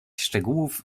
szczegółów